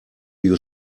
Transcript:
you